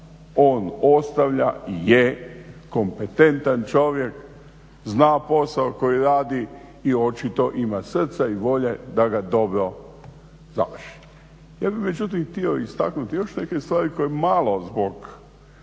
On ostavlja i je kompetentan čovjek, zna posao koji radi i očito ima srca i volje da ga dobro završi. Ja bih međutim htio istaknuti još neke stvari koje malo zbog